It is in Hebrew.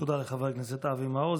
תודה לחבר הכנסת אבי מעוז.